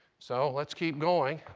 so let's keep going.